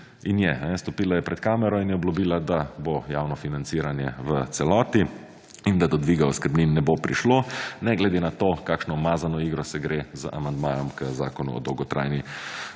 in je, stopila je pred kamero in je obljubila, da bo javno financiranje v celoti in da do dviga oskrbnin ne bo prišlo, ne glede na to kakšno umazano igro se stre z amandmajem k Zakonu o dolgotrajni